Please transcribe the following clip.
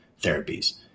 therapies